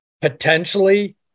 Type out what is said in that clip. potentially